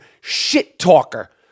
shit-talker